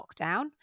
lockdown